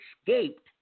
escaped